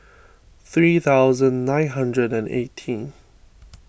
three thousand nine hundred eighteen